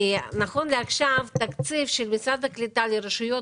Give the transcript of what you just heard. נכון לעכשיו התקציב של משרד הקליטה לרשויות